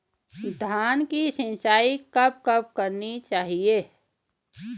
धान की सिंचाईं कब कब करनी चाहिये?